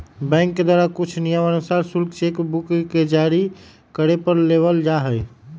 bank के द्वारा कुछ नियमानुसार शुल्क चेक बुक के जारी करे पर लेबल जा हई